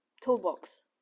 Toolbox